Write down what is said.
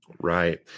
Right